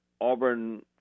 Auburn